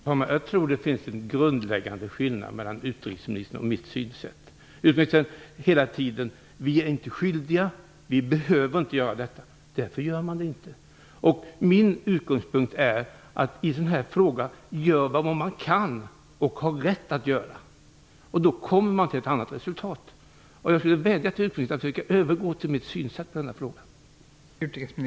Fru talman! Jag tror det finns en grundläggande skillnad mellan utrikesministerns och mitt synsätt. Utrikesministern säger hela tiden att regeringen inte är skyldig att göra något, och därför gör regeringen inget. Min utgångspunkt är att man i en sådan här fråga gör vad man kan, och har rätt att göra. Då kommer man till ett annat resultat. Jag skulle vilja vädja till utrikesministern att försöka övergå till mitt synsätt i den här frågan.